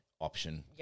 option